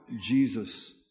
jesus